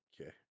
Okay